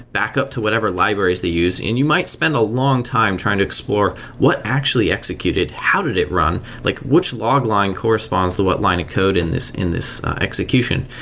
backup to whatever libraries they use and you might spend a long time trying to explore what actually executed. how did it run? like which log line corresponds to what line of code in this in this execution?